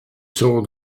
saw